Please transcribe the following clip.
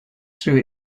through